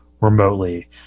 remotely